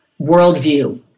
worldview